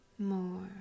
More